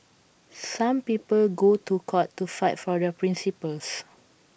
some people go to court to fight for their principles